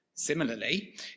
Similarly